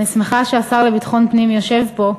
אני שמחה שהשר לביטחון פנים יושב פה,